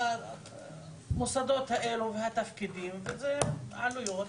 המוסדות האלה ועל התפקידים וזה עלויות,